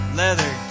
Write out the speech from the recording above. leather